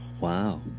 Wow